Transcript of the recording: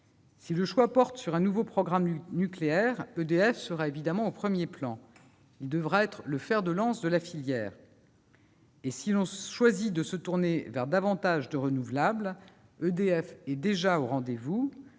Si le choix se porte sur un nouveau programme nucléaire, EDF sera évidemment au premier plan. Elle devra être le fer de lance de la filière. Si l'on choisit de se tourner davantage vers l'énergie renouvelable, EDF est déjà au rendez-vous.